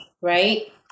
Right